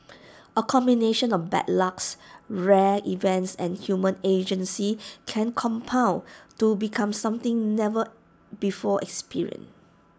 A combination of bad lucks rare events and human agency can compound to become something never before experienced